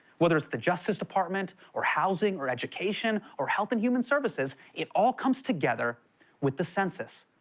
whether it's the justice department or housing or education or health and human services, it all comes together with the census.